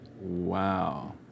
Wow